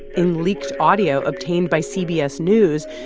in leaked audio obtained by cbs news,